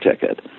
ticket